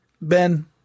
Ben –